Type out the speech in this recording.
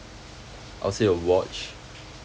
I'll say a watch